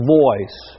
voice